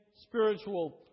spiritual